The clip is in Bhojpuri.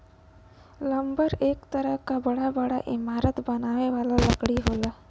लम्बर एक तरह क बड़ा बड़ा इमारत बनावे वाला लकड़ी होला